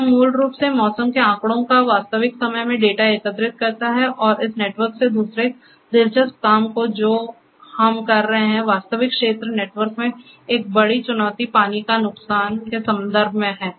यह मूल रूप से मौसम के आंकड़ों का वास्तविक समय में डेटा एकत्र करता है और इस नेटवर्क से दूसरे दिलचस्प काम जो हम कर रहे हैं वास्तविक क्षेत्र नेटवर्क में एक बड़ी चुनौती पानी के नुकसान के संदर्भ में है